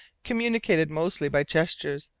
communicated mostly by gestures,